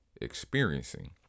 experiencing